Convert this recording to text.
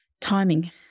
timing